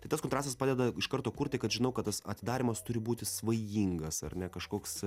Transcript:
tai tas kontrastas padeda iš karto kurti kad žinau kad tas atidarymas turi būti svajingas ar ne kažkoks